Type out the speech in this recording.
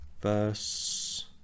verse